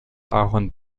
ahorn